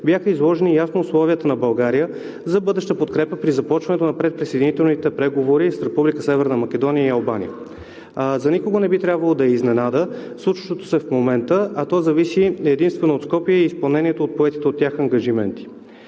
бяха изложени ясно условията на България за бъдеща подкрепа при започването на предприсъединителните преговори с Република Северна Македония и Албания. За никого не би трябвало да е изненада случващото се в момента, а то зависи единствено от Скопие и изпълнението на поетите от тях ангажименти.